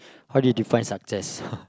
how do you define success